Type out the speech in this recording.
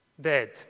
dead